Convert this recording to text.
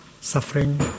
suffering